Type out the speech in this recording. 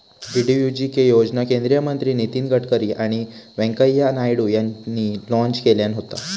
DDUGK योजना केंद्रीय मंत्री नितीन गडकरी आणि व्यंकय्या नायडू यांनी लॉन्च केल्यान होता